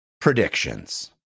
predictions